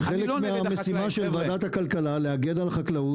זה חלק מהמשימה של ועדת הכלכלה להגן על החקלאות הישראלית.